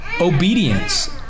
obedience